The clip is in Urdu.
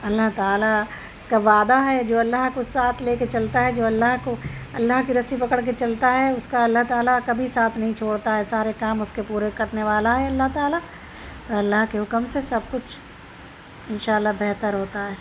اللّہ تعالیٰ کا وعدہ ہے جو اللّہ کو ساتھ لے کے چلتا ہے جو اللّہ کو اللہ کی رسی پکڑ کے چلتا ہے اس کا اللّہ تعالیٰ کبھی ساتھ نہیں چھوڑتا ہے سارے کام اس کے پورے کرنے والا ہے اللّہ تعالیٰ اللّہ کے حکم سے سب کچھ انشاء اللّہ بہتر ہوتا ہے